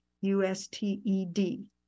U-S-T-E-D